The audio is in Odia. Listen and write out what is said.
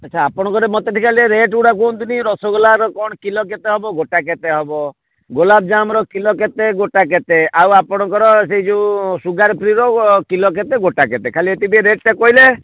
ଆଚ୍ଛା ଆପଣଙ୍କର ମୋତେ ଟିକିଏ ଖାଲି ରେଟ୍ ଗୁଡ଼ା କୁହନ୍ତୁନି ରସଗୋଲାର କ'ଣ କିଲୋ କେତେ ହେବ ଗୋଟା କେତେ ହେବ ଗୋଲାପଜାମ୍ ର କିଲୋ କେତେ ଗୋଟା କେତେ ଆଉ ଆପଣଙ୍କର ସେ ଯୋଉ ସୁଗାର୍ ଫ୍ରୀର କିଲୋ କେତେ ଗୋଟା କେତେ ଖାଲି ଏତିକି ଟିକିଏ ରେଟ୍ ଟା କହିଲେ